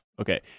Okay